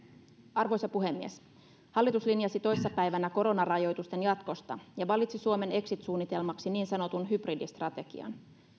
arvoisa puhemies hallitus linjasi toissapäivänä koronarajoitusten jatkosta ja valitsi suomen exit suunnitelmaksi niin sanotun hybridistrategian